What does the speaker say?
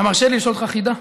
אתה מרשה לי לשאול אותך חידה?